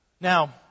Now